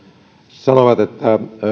sanoivat että